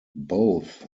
both